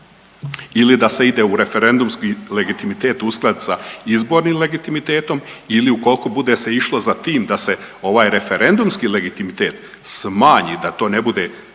ili da se ide u referendumski legitimitet uskladiti sa izbornim legitimitetom ili ukoliko se bude išlo za tim da se ovaj referendumski legitimitet smanji da to ne bude ova